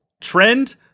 trend